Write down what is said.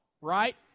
right